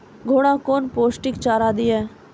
घोड़ा कौन पोस्टिक चारा दिए?